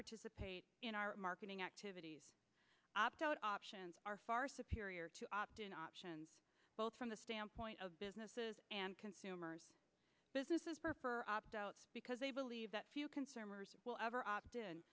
participate in our marketing activities opt out options are far superior to opt in options both from the standpoint of businesses and consumers businesses for opt out because they believe that if you consumers will ever opt